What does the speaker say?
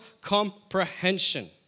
comprehension